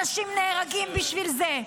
אנשים נהרגים בשביל זה,